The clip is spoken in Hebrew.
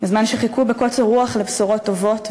בזמן שחיכו בקוצר רוח לבשורות טובות,